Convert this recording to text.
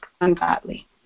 ungodly